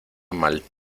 mal